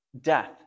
death